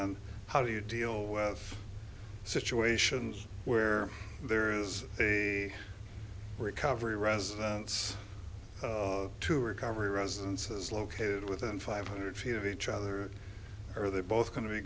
then how do you deal with situations where there is a recovery residence of two recovery residences located within five hundred feet of each other are they both going to be